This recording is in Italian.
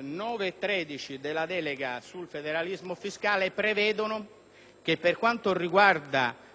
9 e 13 della legge delega sul federalismo fiscale prevedono che